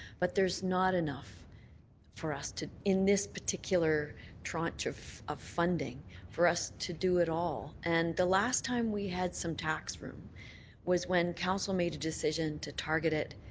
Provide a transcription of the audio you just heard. but there's not enough for us in this particular tranch of of funding for us to do it all and the last time we had some tax room was when council made a decision to target it